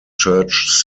church